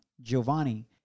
Giovanni